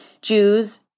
Jews